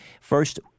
First